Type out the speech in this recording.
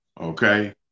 Okay